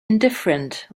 indifferent